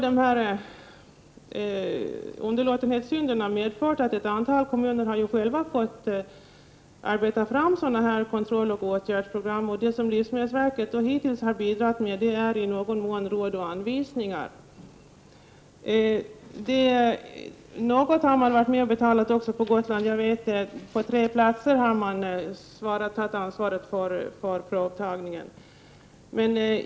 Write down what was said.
Nu har underlåtenhetssynderna medfört att ett antal kommuner själva fått utarbeta kontrolloch åtgärdsprogram. Livsmedelsverket har hittills i någon mån bidragit med råd och anvisningar. Verket har också varit med och betalat några verksamheter på Gotland. På tre platser har man tagit ansvar för provtagningen.